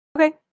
Okay